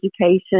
education